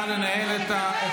סליחה, אפשר לנהל את הוויכוח